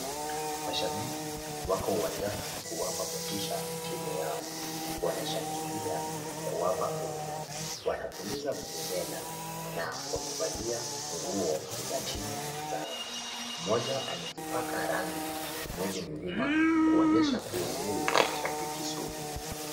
Mashabiki wako uwanjani kuwapa motisha timu yao wanashangilia kuwapa nguvu. Wanapuliza vuvuzela na wamevalia nguo za timu zao mmoja amejipaka rangi mwili mzima kuonyesha kuwa yeye ni shabiki sugu.